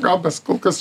gal mes kol kas